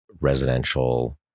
residential